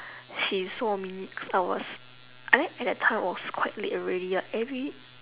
she saw me cause I was I think at that time it was quite late already like every